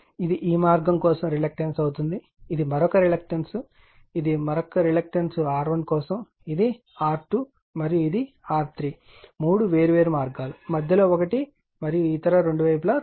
ఇది ఈ మార్గం కోసం రిలక్టన్స్ లభిస్తుంది ఇది మరొక రిలక్టన్స్ ఇది మరొక రిలక్టన్స్ ఇది R1 కోసం ఇది R2 మరియు ఇది R3 3 వేర్వేరు మార్గాలు మధ్య లో ఒకటి మరియు ఇతర రెండు వైపులా రెండు ఉన్నాయి